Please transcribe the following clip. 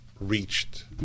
reached